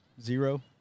zero